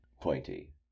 Pointy